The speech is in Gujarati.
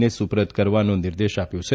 ને સુપ્રત કરવાનો નિર્દેશ આપ્યો છે